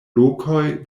lokoj